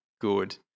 good